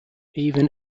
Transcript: even